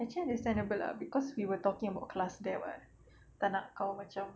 actually understandable ah cause we were talking about class there [what] tak nak kawan macam